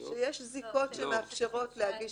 שיש זיקות שמאפשרות להגיש כתב אישום.